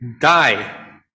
die